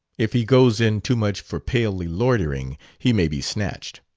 if he goes in too much for palely loitering he may be snatched.